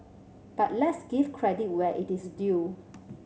but let's give credit where it is due